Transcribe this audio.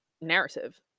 narrative